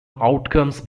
outcomes